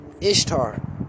Ishtar